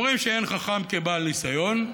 במקורותינו אומרים שאין חכם כבעל ניסיון,